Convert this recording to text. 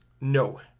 No